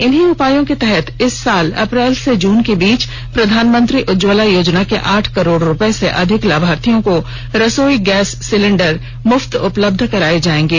इन्हीं उपायों के तहत इस साल अप्रैल से जून के बीच प्रधानमंत्री उज्ज्वला योजना के आठ करोड़ से अधिक लाभार्थियों को रसोई गैस सिलेंडर मुफ्त उपलब्ध कराए जाएंगे